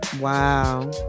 wow